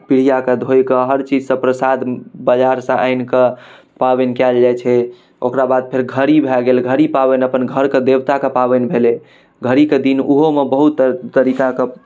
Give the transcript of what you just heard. पिढ़िआके धोइकऽ हरचीज सब प्रसाद बाजारसँ आनिकऽ पाबनि कएल जाइ छै ओकराबाद फेर घड़ी भऽ गेल घड़ी पाबनि अपन घरके देवताके पाबनि भेलै घड़ीके दिन ओहोमे बहुत तरीकाके